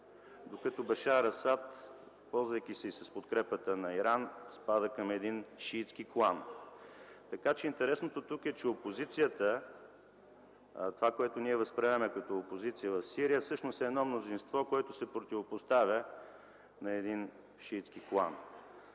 Докато Башар Асад, ползвайки се с подкрепата на Иран, спада към един шиитски клан. Така че, интересното тук е, че опозицията – това, което ние възприемаме като опозиция в Сирия, всъщност е едно мнозинство, което се противопоставя на един шиитски клан.